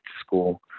school